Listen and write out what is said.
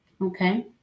Okay